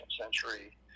century